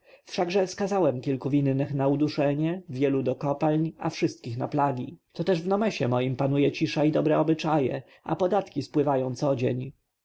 wszakże skazałem kilku winnych na uduszenie wielu do kopalń a wszystkich na plagi to też w nomesie moim panuje cisza i dobre obyczaje a podatki wpływają codzień